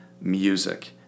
music